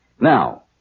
Now